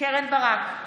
קרן ברק,